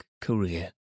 career